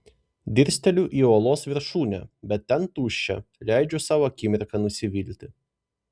dirsteliu į uolos viršūnę bet ten tuščia leidžiu sau akimirką nusivilti